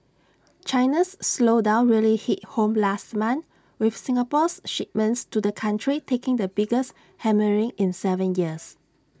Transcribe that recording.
China's slowdown really hit home last month with Singapore's shipments to the country taking the biggest hammering in Seven years